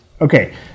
Okay